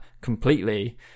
completely